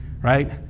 right